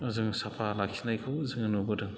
जोङो साफा लाखिनायखौ जोङो नुबोदों